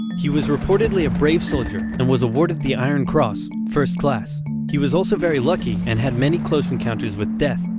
he was reportedly a brave soldier and was awarded the iron cross first class he was also very lucky and had many close encounters with death.